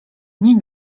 nie